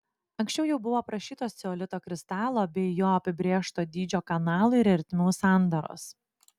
anksčiau jau buvo aprašytos ceolito kristalo bei jo apibrėžto dydžio kanalų ir ertmių sandaros